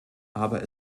aber